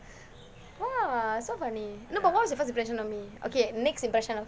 !wah! so funny but what was your first impression of me okay next impression of me